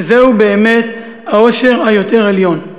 שזהו באמת האושר היותר עליון".